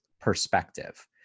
perspective